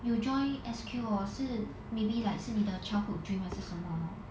you join S_Q hor 是 maybe like 是你的 childhood dream 还是什么